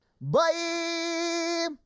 Bye